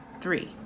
Three